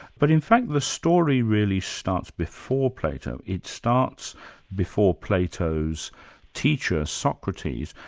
but in fact the story really starts before plato it starts before plato's teacher, socrates,